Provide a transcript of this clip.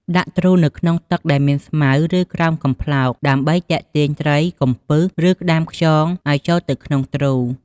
ដាក់ទ្រូនៅក្នុងទឹកដែលមានស្មៅ ឬក្រោមកំប្លោក ដើម្បីទាក់ទាញត្រី កំពឹស ឬក្ដាមខ្យងឲ្យចូលទៅក្នុងទ្រូ។